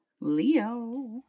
Leo